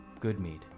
Goodmead